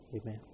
Amen